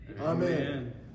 Amen